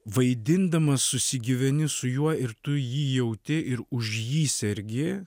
vaidindamas susigyveni su juo ir tu jį jauti ir už jį sergi